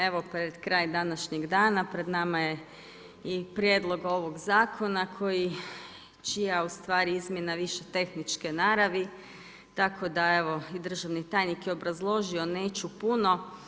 Evo, pred kraj današnjeg dana, pred nama je i prijedlog ovog zakona, čija je izmjena više tehničke naravi, tako da evo, i državni tajnik je obrazložio neću puno.